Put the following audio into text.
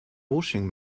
washing